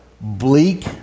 bleak